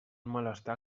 malestar